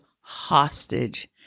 hostage